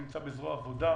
זה נמצא בזרוע העבודה,